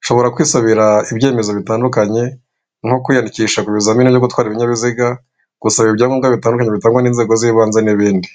ushobora kwisabira ibyemezo bitandukanye nko kwiyandikisha ku bizamini byo gutwara ibinyabiziga gusaba ibyangombwa bitandukanye bitangwa n'inzego z'ibanze n'ibindi.